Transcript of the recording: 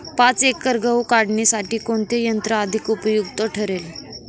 पाच एकर गहू काढणीसाठी कोणते यंत्र अधिक उपयुक्त ठरेल?